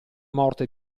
morte